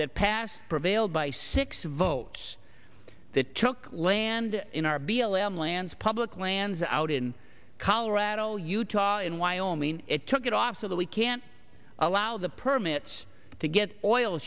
that passed prevailed by six votes that took land in our b l m lands public lands out in colorado utah and wyoming it took it off so that we can allow the permits to get oil